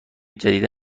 جدیدا